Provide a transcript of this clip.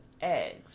eggs